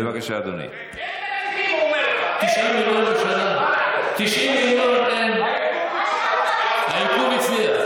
הוא אומר, 90 מיליון, נתן לך סטטיסטיקה של, הצליח.